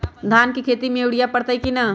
धान के खेती में यूरिया परतइ कि न?